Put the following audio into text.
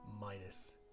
minus